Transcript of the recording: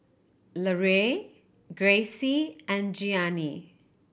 Larae Gracie and Gianni